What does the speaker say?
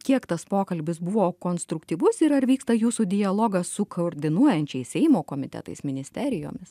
kiek tas pokalbis buvo konstruktyvus ir ar vyksta jūsų dialogas su koordinuojančiais seimo komitetais ministerijomis